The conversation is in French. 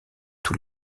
tous